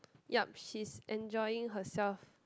yup she is enjoying herself